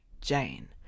Jane